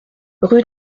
rue